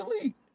elite